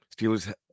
Steelers